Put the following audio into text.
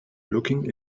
looking